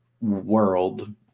world